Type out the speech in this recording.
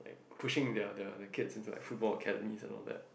pushing their their the kids into like football academy and all that